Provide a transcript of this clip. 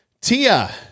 Tia